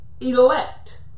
elect